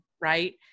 right